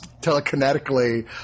telekinetically